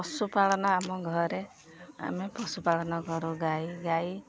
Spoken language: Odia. ପଶୁପାଳନ ଆମ ଘରେ ଆମେ ପଶୁପାଳନ କରୁ ଗାଈ ଗାଈ